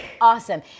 Awesome